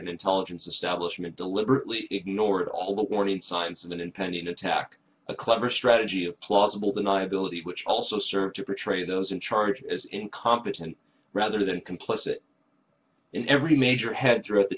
intelligence establishment deliberately ignored all the warning signs of an impending attack a clever strategy of plausible deniability which also served to protect those in charge as incompetent rather than complicit in every major head